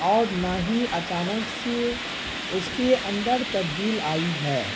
اور نہ ہی اچانک سے اس کے اندر تبدیل آئی ہے